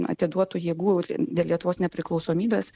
atiduotų jėgų dėl lietuvos nepriklausomybės